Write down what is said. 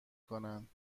کنند